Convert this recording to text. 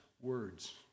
words